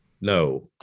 no